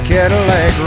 Cadillac